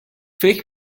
فکر